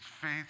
faith